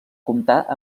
comptar